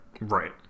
Right